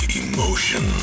emotion